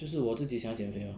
就是我自己想减肥 lor